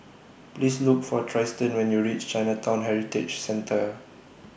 Please Look For Trystan when YOU REACH Chinatown Heritage Centre